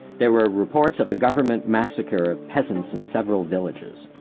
there were reports of a government massacre of peasants in several villages.